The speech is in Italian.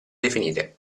definite